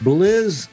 Blizz